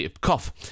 cough